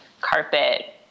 carpet